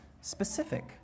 specific